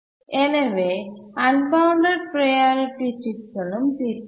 எனவே unbounded priority சிக்கலும் தீர்க்கப்படும்